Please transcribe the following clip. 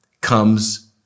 comes